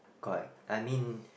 correct I mean